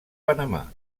panamà